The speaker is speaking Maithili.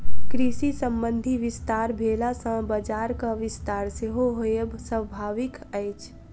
कृषि संबंधी विस्तार भेला सॅ बजारक विस्तार सेहो होयब स्वाभाविक अछि